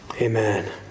Amen